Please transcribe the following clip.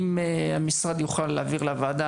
אם המשרד יוכל להעביר לוועדה,